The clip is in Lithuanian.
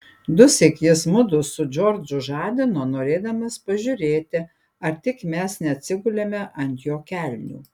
dusyk jis mudu su džordžu žadino norėdamas pažiūrėti ar tik mes neatsigulėme ant jo kelnių